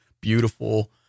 beautiful